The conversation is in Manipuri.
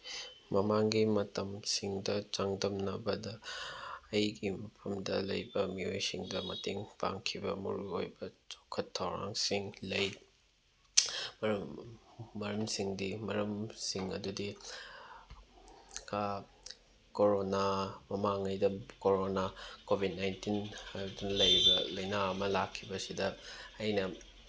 ꯃꯃꯥꯡꯒꯤ ꯃꯇꯝꯁꯤꯡꯗ ꯆꯥꯡꯗꯝꯅꯕꯗ ꯑꯩꯒꯤ ꯃꯐꯝꯗ ꯂꯩꯕ ꯃꯤꯑꯣꯏꯁꯤꯡꯗ ꯃꯇꯦꯡ ꯄꯥꯡꯈꯤꯕ ꯃꯔꯨꯑꯣꯏꯕ ꯆꯥꯎꯈꯠ ꯊꯧꯔꯥꯡꯁꯤꯡ ꯂꯩ ꯃꯔꯝ ꯃꯔꯝꯁꯤꯡꯗꯤ ꯃꯔꯝꯁꯤꯡ ꯑꯗꯨꯗꯤ ꯀꯥ ꯀꯣꯔꯣꯅꯥ ꯃꯃꯥꯡꯉꯩꯗ ꯀꯣꯔꯣꯅꯥ ꯀꯣꯚꯤꯠ ꯅꯥꯏꯟꯇꯤꯟ ꯍꯥꯏꯕꯗꯨꯅ ꯂꯩꯔꯤꯕ ꯂꯩꯅꯥ ꯑꯃ ꯂꯥꯛꯈꯤꯕꯁꯤꯗ ꯑꯩꯅ